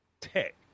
tech